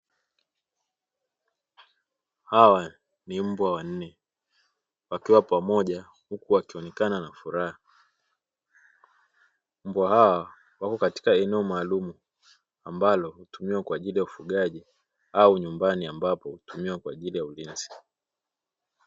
Hawa ni mbwa wanne wakiwa pamoja huku wakionekana na furaha, mbwa hao wako katika eneo maalumu ambalo hutumiwa kwa ajili ya ufugaji au nyumbani ambapo hutumiwa kwa ajili ya ubinafsi.